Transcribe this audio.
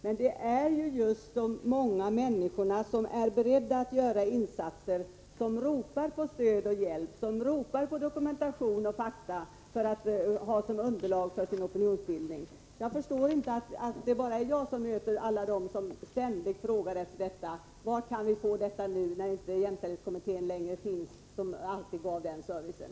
Men det är just de många människorna som är beredda att göra insatser som ropar på stöd och hjälp, ropar efter dokumentation och fakta att ha som underlag i sin opinionsbildning. Jag förstår inte att det bara är jag som möter alla dem som ständigt frågar: Var kan vi nu få dokumentation och fakta, när inte längre jämställdhetskommittén finns, som alltid gav den servicen.